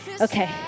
Okay